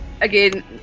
again